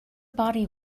body